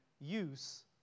use